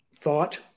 thought